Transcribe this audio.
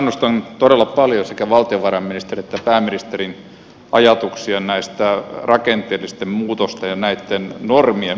kannustan todella paljon sekä valtiovarainministerin että pääministerin ajatuksia näistä rakenteellisten muutosten ja näitten normien vähentämisestä